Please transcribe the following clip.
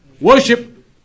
worship